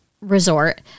resort